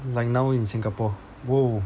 like now in singapore !whoa!